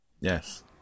Yes